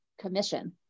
commission